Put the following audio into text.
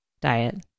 diet